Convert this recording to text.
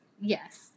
Yes